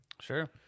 Sure